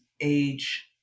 age